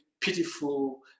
pitiful